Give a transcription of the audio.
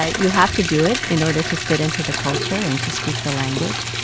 ah you have to do it in order to fit into the culture and to speak the language.